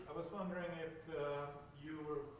was wondering if you